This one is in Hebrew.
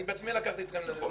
אני בעצמי לקחתי -- נכון,